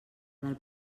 del